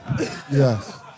Yes